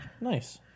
Nice